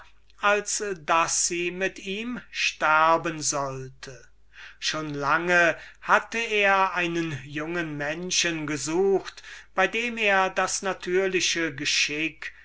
als daß sie mit ihm sterben sollte schon lange hatte er einen jungen menschen gesucht bei dem er das natürliche geschicke